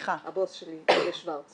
העיקרי שגם הוא ככל הנראה הוסדר הוא